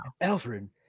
Alfred